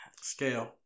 scale